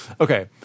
okay